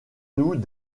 nous